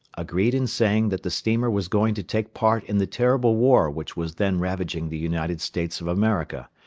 agreed in saying that the steamer was going to take part in the terrible war which was then ravaging the united states of america,